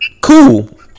cool